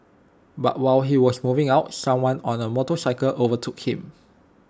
but while he was moving out someone on A motorcycle overtook him